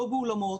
לא באולמות,